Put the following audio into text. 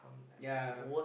ya